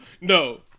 no